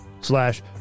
slash